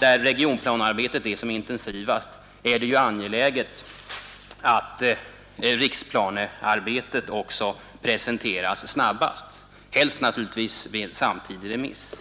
När regionplanearbetet är som intensivast är det ju angeläget att riksplanearbetet också presenteras snabbt — helst naturligtvis vid en samtidig remiss.